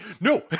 no